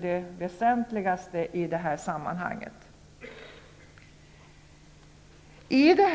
det väsentligaste i sammanhanget.